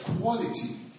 quality